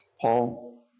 Paul